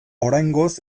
oraingoz